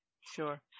Sure